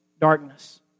darkness